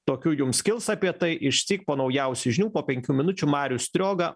tokių jums kils apie tai išsyk po naujausių žinių po penkių minučių marius strioga